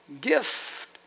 gift